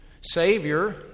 Savior